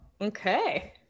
okay